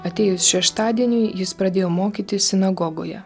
atėjus šeštadieniui jis pradėjo mokyti sinagogoje